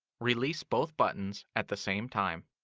release both buttons at the same time.